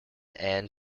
end